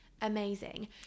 amazing